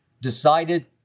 decided